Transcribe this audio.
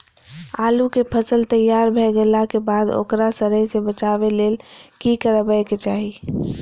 आलू केय फसल तैयार भ गेला के बाद ओकरा सड़य सं बचावय लेल की करबाक चाहि?